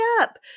up